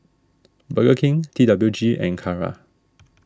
Burger King T W G and Kara